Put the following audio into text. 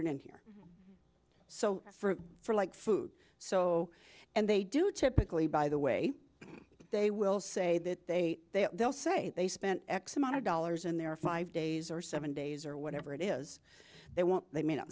it in here so for a for like food so and they do typically by the way they will say that they they'll say they spent x amount of dollars in their five days or seven days or whatever it is they want they may not